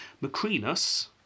Macrinus